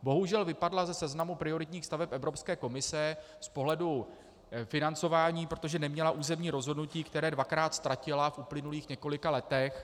Bohužel vypadla ze seznamu prioritních staveb Evropské komise z pohledu financování, protože neměla územní rozhodnutí, které dvakrát ztratila v uplynulých několika letech.